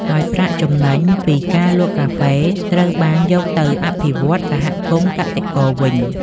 ហើយប្រាក់ចំណេញពីការលក់កាហ្វេ ត្រូវបានយកទៅអភិវឌ្ឍន៍សហគមន៍កសិករវិញ។